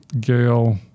Gail